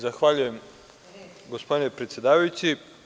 Zahvaljujem, gospodine predsedavajći.